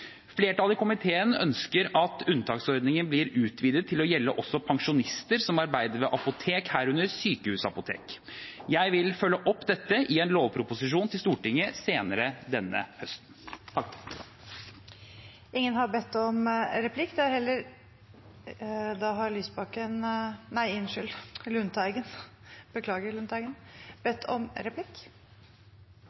Flertallet i komiteen ønsker at unntaksordningen blir utvidet til å gjelde også pensjonister som arbeider ved apotek, herunder sykehusapotek. Jeg vil følge opp dette i en lovproposisjon til Stortinget senere denne høsten. Det blir replikkordskifte. Årsaken til denne saken er samordningsfella, som regjeringa fortjenstfullt har